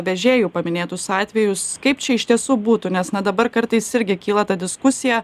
vežėjų paminėtus atvejus kaip čia iš tiesų būtų nes na dabar kartais irgi kyla ta diskusija